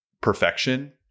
perfection